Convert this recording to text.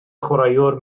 chwaraewr